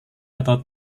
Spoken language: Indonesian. atau